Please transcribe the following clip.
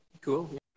Cool